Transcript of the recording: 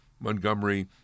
Montgomery